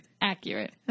accurate